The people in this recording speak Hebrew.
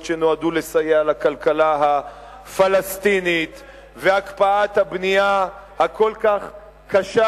שנועדו לסייע לכלכלה הפלסטינית והקפאת הבנייה הכל כך קשה,